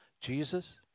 Jesus